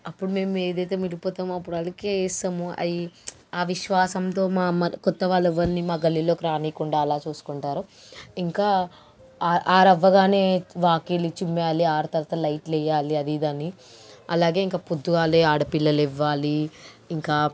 అప్పుడు మేము ఏదైతే మిగిలిపోతామో అప్పుడు అదికే వేస్తాం అవి ఆ అవిశ్వాసంతో మా మా కొత్త వాళ్ళని ఎవర్ని మా గల్లీలోకి రానికుండా అలా చూసుకుంటారు ఇంకా ఆరు అవ్వగానే వాకిలి చిమ్మేయ్యాలి ఆరు తర్వాత లైట్లేయాలి అది ఇది అని అలాగే ఇంక పొద్దుగాలే ఆడపిల్లలు లెవ్వాలి ఇంకా